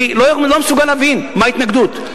אני לא מסוגל להבין מה ההתנגדות.